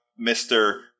Mr